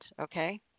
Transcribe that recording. okay